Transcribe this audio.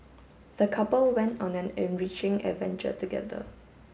the couple went on an enriching adventure together